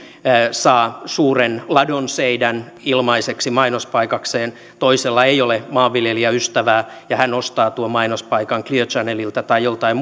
saa suuren ladonseinän ilmaiseksi mainospaikakseen toisella ei ole maanviljelijäystävää ja hän ostaa tuon mainospaikan clear channelilta tai joltain